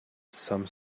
some